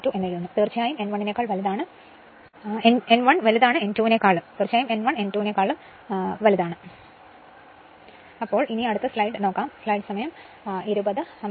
അതിനാൽ ഈ സാഹചര്യത്തിൽ അതിനാൽ ഈ സാഹചര്യത്തിൽ ഞാൻ K V1 V2 V2 N1 N2 N2 എഴുതുന്നു തീർച്ചയായും N1 നെക്കാൾ വലുതാണ് N1